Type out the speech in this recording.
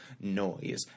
noise